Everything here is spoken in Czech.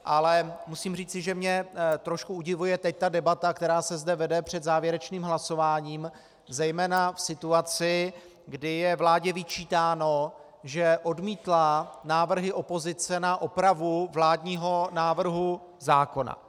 Ale musím říci, že mě trošičku udivuje teď ta debata, která se zde vede před závěrečným hlasováním, zejména v situaci, kdy je vládě vyčítáno, že odmítla návrhy opozice na opravu vládního návrhu zákona.